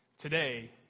Today